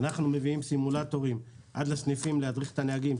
אנחנו מביאים סימולטורים עד לסניפים להדריך את הנהגים.